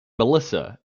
melissa